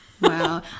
Wow